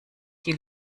die